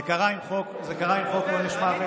זה קרה עם חוק עונש מוות.